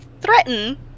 threaten